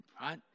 right